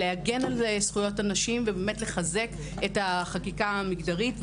להגן על זכויות הנשים ולחזק את החקיקה המגדרית.